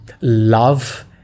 love